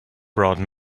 brought